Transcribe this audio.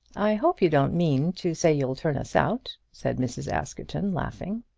i hope you don't mean to say you'll turn us out, said mrs. askerton, laughing.